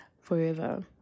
forever